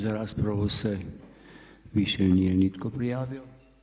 Za raspravu se više nije nitko prijavio.